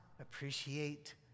Appreciate